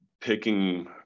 picking